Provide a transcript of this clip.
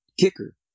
kicker